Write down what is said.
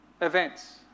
events